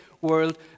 world